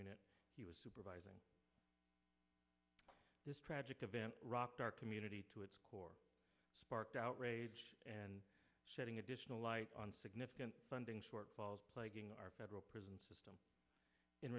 unit he was supervising this tragic event rocked our community to its core sparked outrage and shedding additional light on significant funding shortfalls plaguing our federal prison system in